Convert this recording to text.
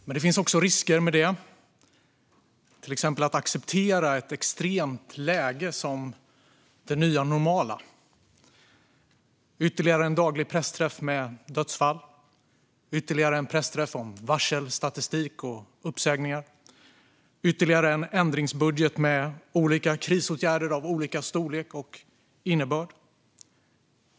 Men det finns också risker med det - att acceptera ett extremt läge som det nya normala: ytterligare en daglig pressträff med dödsfall, ytterligare en pressträff om varselstatistik och uppsägningar och ytterligare en ändringsbudget med krisåtgärder av olika storlek och med olika innebörd.